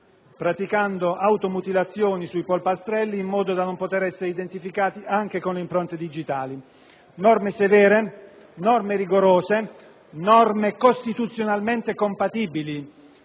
praticando automutilazioni sui polpastrelli in modo da non poter essere identificati con le impronte digitali. Norme severe, norme rigorose, norme costituzionalmente compatibili,